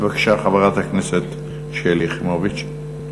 בבקשה, חברת הכנסת שלי יחימוביץ.